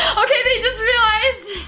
okay, they just realized.